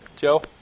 Joe